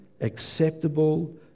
acceptable